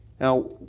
Now